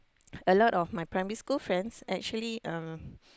a lot of my primary school friends actually um